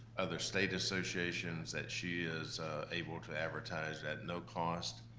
other state associations that she is able to advertise at no cost,